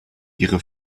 ihre